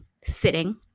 sitting